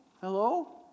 Hello